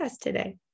today